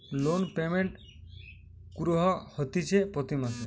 loan payment কুরঢ হতিছে প্রতি মাসে